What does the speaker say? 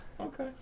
Okay